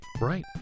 Right